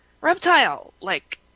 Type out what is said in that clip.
reptile-like